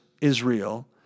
Israel